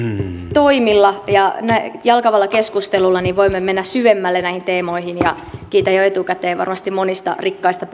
toimilla ja alkavalla keskustelulla voimme mennä syvemmälle näihin teemoihin ja kiitän jo etukäteen varmasti monista rikkaista